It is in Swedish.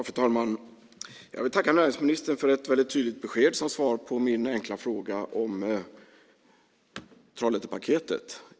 Fru talman! Jag vill tacka näringsministern för ett väldigt tydligt besked som svar på min enkla fråga om Trollhättepaketet.